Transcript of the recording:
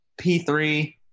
P3